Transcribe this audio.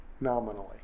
nominally